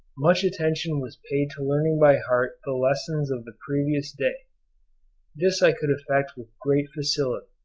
much attention was paid to learning by heart the lessons of the previous day this i could effect with great facility,